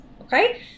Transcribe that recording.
okay